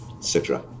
Citra